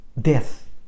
death